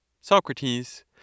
Socrates